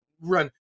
run